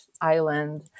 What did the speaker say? island